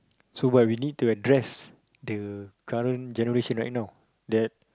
so what we need to address the current generation right now that